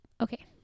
Okay